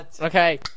Okay